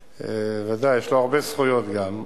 בוודאי, יש לו הרבה זכויות גם,